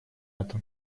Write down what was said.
это